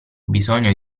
bisogno